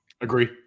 Agree